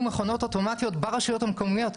מכונות אוטומטיות ברשויות המקומיות.